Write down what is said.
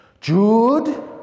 jude